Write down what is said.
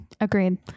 Agreed